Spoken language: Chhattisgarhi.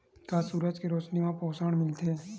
का सूरज के रोशनी म पोषण मिलथे?